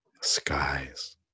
skies